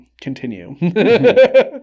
Continue